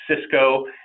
Cisco